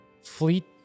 fleet